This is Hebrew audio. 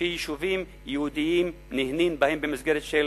שיישובים יהודיים נהנים מהן במסגרת של